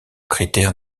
critère